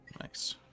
nice